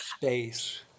space